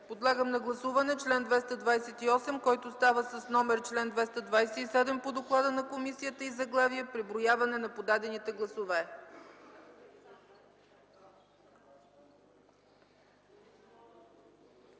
Подлагам на гласуване чл. 228, който става чл. 227 по доклада на комисията и със заглавие „Преброяване на подадените гласове”.